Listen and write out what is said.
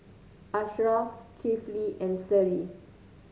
Ashraff Kifli and Seri